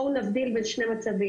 בואו נבדיל בין שני מצבים.